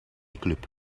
club